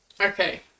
okay